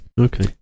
Okay